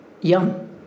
yum